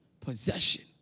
possession